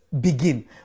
begin